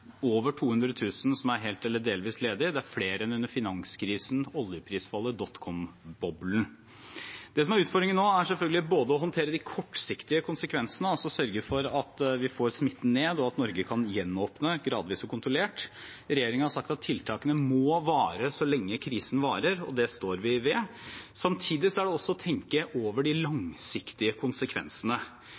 over 200 000 som er helt eller delvis ledige. Det er flere enn under finanskrisen, oljeprisfallet og dot com-boblen. Det som er utfordringen nå, er selvfølgelig både å håndtere de kortsiktige konsekvensene, altså sørge for at vi får smitten ned, og at Norge kan gjenåpne gradvis og kontrollert. Regjeringen har sagt at tiltakene må vare så lenge krisen varer, og det står vi ved. Samtidig gjelder det også å tenke over de langsiktige konsekvensene.